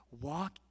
Walk